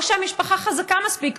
או שהמשפחה חזקה מספיק,